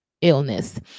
illness